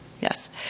Yes